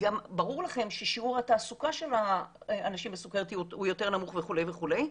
ברור לכם ששיעור התעסוקה של אנשים חולי סכרת הוא יותר נמוך וכולי וכולי,